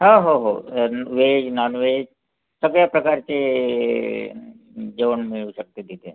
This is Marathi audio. हो हो हो वेज नॉनवेज सगळ्या प्रकारचे जेवण मिळू शकते तिथे